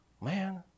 man